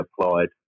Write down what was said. applied